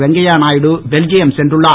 Venkaiah Naidu Belgium சென்றுள்ளார்